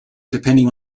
depending